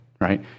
right